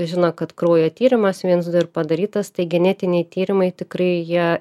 žino kad kraujo tyrimas viens ir padarytas tai genetiniai tyrimai tikrai jie